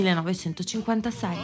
1956